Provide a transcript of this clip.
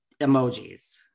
emojis